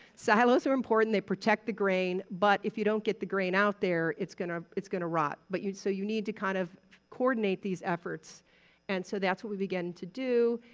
silos are important they protect the grain. but, if you don't get the grain out there, it's gonna it's gonna rot. but, so you need to kind of coordinate these efforts and so that's what we began to do.